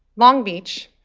long beach,